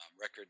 Record